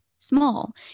Small